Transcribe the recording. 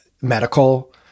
medical